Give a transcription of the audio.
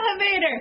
elevator